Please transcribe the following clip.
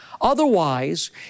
Otherwise